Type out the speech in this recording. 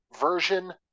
version